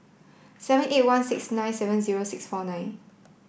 seven eight one six nine seven zero six four nine